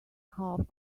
half